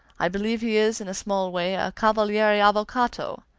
i believe he is, in a small way, a cavaliere avvocato.